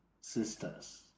sisters